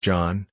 John